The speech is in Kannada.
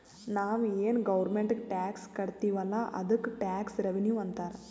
ನಾವು ಏನ್ ಗೌರ್ಮೆಂಟ್ಗ್ ಟ್ಯಾಕ್ಸ್ ಕಟ್ತಿವ್ ಅಲ್ಲ ಅದ್ದುಕ್ ಟ್ಯಾಕ್ಸ್ ರೆವಿನ್ಯೂ ಅಂತಾರ್